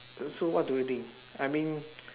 so what do you think I mean